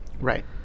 right